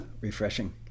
Refreshing